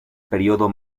periodo